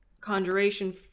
Conjuration